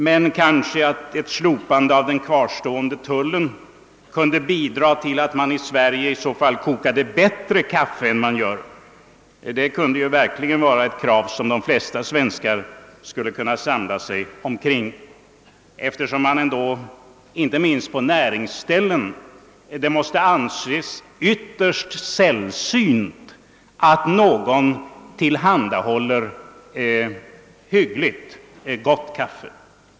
Men kanske kunde ett slopande av den kvarstående tullen bidra till att man i Sverige kokade bättre kaffe än man gör nu. Det vore ett krav som nog de flesta svenskar kunde samla sig kring, eftersom det inte minst på näringsställen är ytterst sällsynt att gott kaffe tillhandahålles.